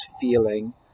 feeling